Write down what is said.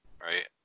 right